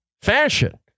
fashion